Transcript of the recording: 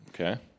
Okay